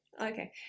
Okay